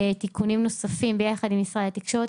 תיקונים נוספים ביחד עם משרד התקשורת.